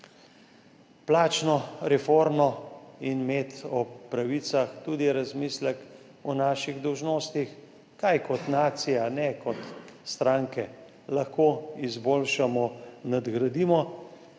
plačno reformo in imeti ob pravicah tudi razmislek o naših dolžnostih, kaj kot nacija, ne kot stranke lahko izboljšamo, nadgradimo,